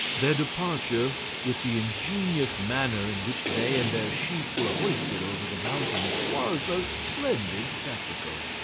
their departure, with the ingenious manner in which they and their sheep were hoisted over the mountains, was a splendid spectacle.